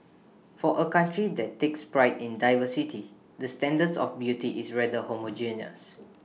for A country that takes pride in diversity the standards of beauty is rather homogeneous